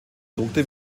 gedruckte